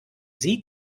sie